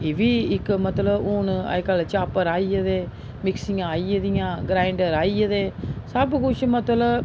एह् बी इक मतलब हून अज्जकल चापर आई गेदे मिक्सियां आई गेदियां ग्राईंडर आई गेदे सब कुछ मतलब